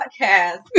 podcast